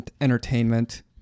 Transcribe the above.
entertainment